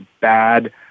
bad